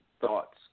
thoughts